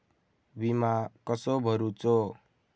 विमा कसो भरूचो?